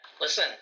Listen